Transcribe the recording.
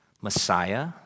Messiah